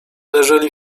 leżeli